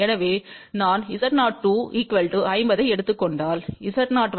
எனவே நான் Z02 50 ஐ எடுத்துக் கொண்டால் Z01 70